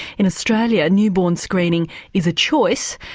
in australia newborn screening is a choice,